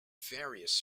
various